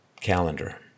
calendar